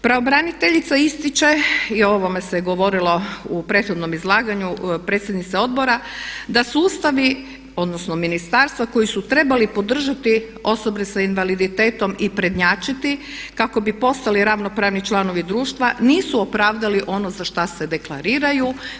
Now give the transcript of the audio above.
Pravobraniteljica ističe, i o ovome se govorilo u prethodnom izlaganju predsjednice odbora, da su ministarstva koja su trebala podržati osobe s invaliditetom i prednjačiti kako bi postali ravnopravni članovi društva nisu opravdali ono za što se deklariraju.